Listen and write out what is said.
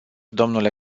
dle